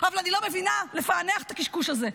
אבל אני לא מבינה לפענח את הקשקוש הזה.